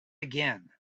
again